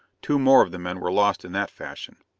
two more of the men were lost in that fashion.